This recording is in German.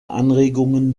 anregungen